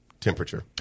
temperature